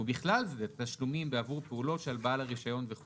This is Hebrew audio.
"ובכלל זה תשלומים בעבור פעולות שעל בעל הרישיון" וכו'.